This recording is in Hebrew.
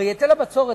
הרי היטל הבצורת,